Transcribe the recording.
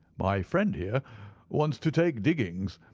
my friend here wants to take diggings,